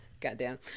Goddamn